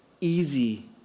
easy